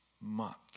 month